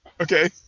Okay